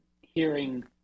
hearing